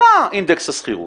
עלה אינדקס השכירות,